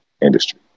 industry